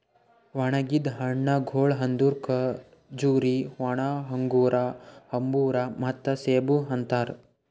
ಒಣುಗಿದ್ ಹಣ್ಣಗೊಳ್ ಅಂದುರ್ ಖಜೂರಿ, ಒಣ ಅಂಗೂರ, ಅಂಜೂರ ಮತ್ತ ಸೇಬು ಅಂತಾರ್